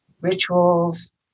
rituals